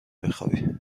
بخوابی